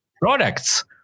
products